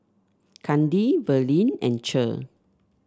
Kandi Verlin and Cher